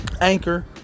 Anchor